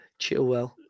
Chillwell